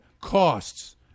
costs